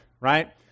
right